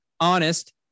Honest